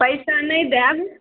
पैसा नहि देब